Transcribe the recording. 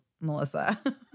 Melissa